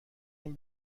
این